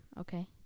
okay